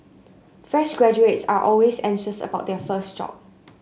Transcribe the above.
fresh graduates are always anxious about their first job